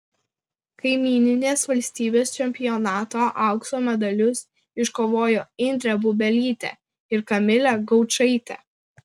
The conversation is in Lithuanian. kaimyninės valstybės čempionato aukso medalius iškovojo indrė bubelytė ir kamilė gaučaitė